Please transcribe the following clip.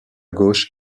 gauche